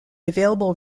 available